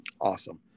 Awesome